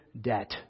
debt